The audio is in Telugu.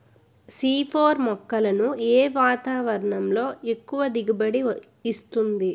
సి ఫోర్ మొక్కలను ఏ వాతావరణంలో ఎక్కువ దిగుబడి ఇస్తుంది?